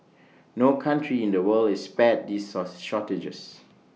no country in the world is spared these shortages